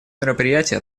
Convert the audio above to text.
мероприятий